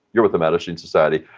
you're with the mattachine society.